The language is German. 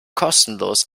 kostenlos